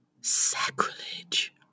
Sacrilege